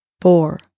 four